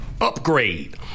Upgrade